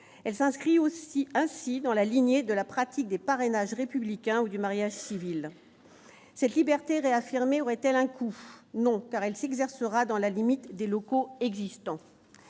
elle s'inscrit aussi ainsi dans la lignée de la pratique des parrainages républicains ou du mariage civil, cette liberté réaffirmé aurait-elle un coût non car elle s'exercera dans la limite des locaux existants,